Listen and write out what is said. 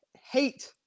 hate